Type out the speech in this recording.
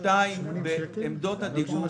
המשך בעמדות הדיגום,